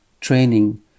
training